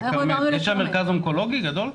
יש שם מרכז אונקולוגי גדול?